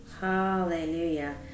Hallelujah